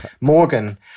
Morgan